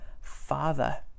father